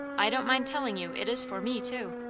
i don't mind telling you it is for me too.